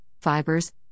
fibers